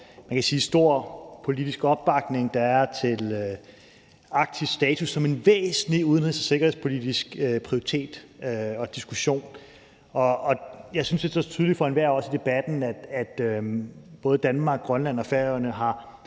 hvor stor politisk opbakning der er til arktisk status som en væsentlig udenrigs – og sikkerhedspolitisk prioritet og diskussion. Jeg synes, det står tydeligt for enhver, også i debatten, at både Danmark, Grønland og Færøerne har